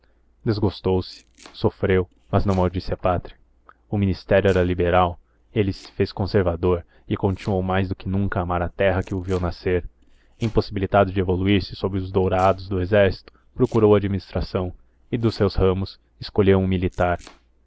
desgostou se sofreu mas não maldisse a pátria o ministério era liberal ele se fez conservador e continuou mais do que nunca a amar a terra que o viu nascer impossibilitado de evoluir se sob os dourados do exército procurou a administração e dos seus ramos escolheu o militar